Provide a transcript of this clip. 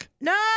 No